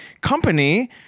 company